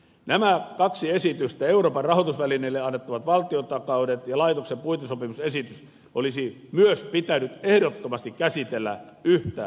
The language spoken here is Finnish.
nämä kaksi esitystä euroopan rahoitusvälineelle annettavat valtiontakaukset ja laitoksen puitesopimusesitys olisi myös pitänyt ehdottomasti käsitellä yhtäaikaisesti